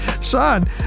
Son